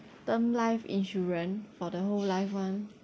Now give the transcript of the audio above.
term life insurance for the whole life [one]